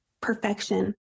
perfection